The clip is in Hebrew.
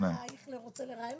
הגעתי פעם לראיון